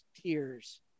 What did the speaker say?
tears